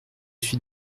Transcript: suis